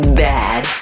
bad